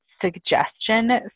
suggestion